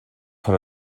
her